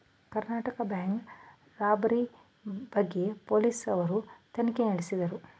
Karnataka bank robbery ಬಗ್ಗೆ police ನವರು ತನಿಖೆ ನಡೆಸಿದರು